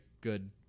good